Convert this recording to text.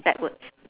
backwards